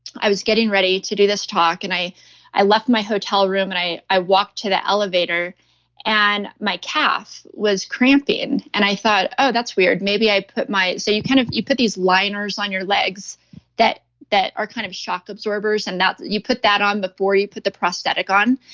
i was getting ready to do this talk. and i i left my hotel room and i i walked to the elevator and my calf was cramping and i thought, oh, that's weird. maybe i put my, so you kind of you put these liners on your legs that that are kind of shock absorbers and that you put that on before you put the prosthetic on.